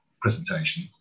presentation